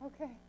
okay